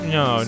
no